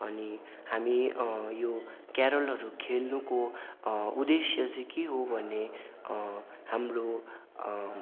अनि हामी यो क्यारलहरू खेल्नुको उद्देश्य चाहिँ के हो भने हाम्रो